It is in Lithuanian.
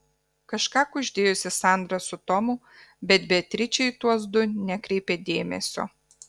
kažką kuždėjosi sandra su tomu bet beatričė į tuos du nekreipė dėmesio